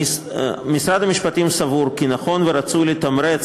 משרד המשפטים סבור כי נכון ורצוי לתמרץ